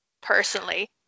personally